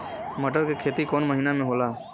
मटर क खेती कवन महिना मे होला?